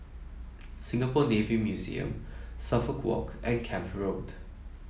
Singapore Navy Museum Suffolk Walk and Camp Road